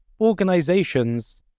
organizations